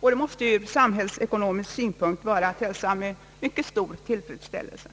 vilket ur samhällsekonomisk synpunkt måste hälsas med stor tillfredsställelse.